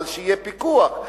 אבל שיהיה פיקוח,